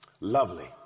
lovely